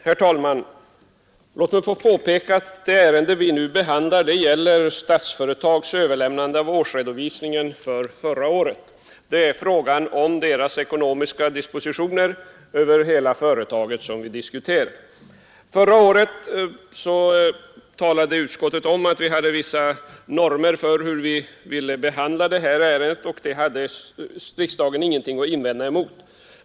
Herr talman! Låt mig få påpeka att det ärende vi nu behandlar gäller Statsföretags överlämnande av årsredovisningen för förra året — det är frågan om dess ekonomiska dispositioner över hela företaget som vi diskuterar. Förra året talade utskottet om att vi hade vissa normer för hur vi ville behandla detta ärende, och dem hade riksdagen ingenting att invända mot.